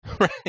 Right